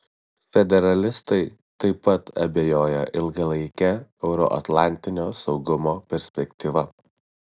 federalistai taip pat abejoja ilgalaike euroatlantinio saugumo perspektyva